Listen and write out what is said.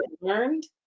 learned